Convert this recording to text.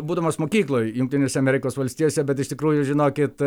būdamas mokykloj jungtinėse amerikos valstijose bet iš tikrųjų žinokit